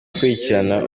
gukurikirana